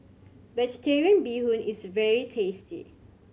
Vegetarian Bee Hoon is very tasty